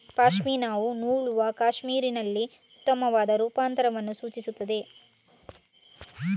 ಪಶ್ಮಿನಾವು ನೂಲುವ ಕ್ಯಾಶ್ಮೀರಿನ ಉತ್ತಮವಾದ ರೂಪಾಂತರವನ್ನು ಸೂಚಿಸುತ್ತದೆ